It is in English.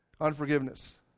Unforgiveness